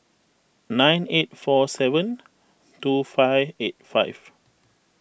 nine eight four seven two five eight five